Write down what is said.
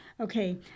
Okay